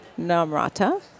namrata